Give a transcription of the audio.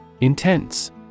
intense